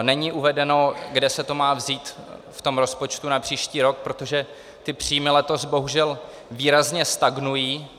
Není uvedeno, kde se to má vzít v rozpočtu na příští rok, protože příjmy letos bohužel výrazně stagnují.